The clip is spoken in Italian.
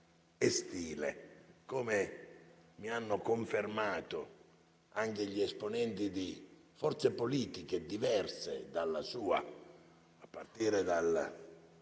come mi hanno confermato anche gli esponenti di forze politiche diverse dalla sua, a partire dal